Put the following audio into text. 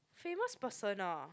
famous person ah